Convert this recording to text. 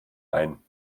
ein